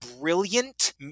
brilliant